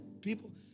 people